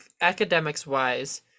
academics-wise